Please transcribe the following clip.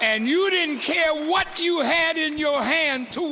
and you didn't care what you had in your hand to